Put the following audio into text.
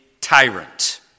tyrant